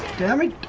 damage